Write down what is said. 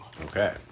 Okay